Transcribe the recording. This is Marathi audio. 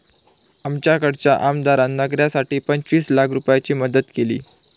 आमच्याकडच्या आमदारान नगरासाठी पंचवीस लाख रूपयाची मदत केली